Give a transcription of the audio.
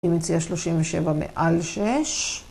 אני מציעה 37 מעל 6.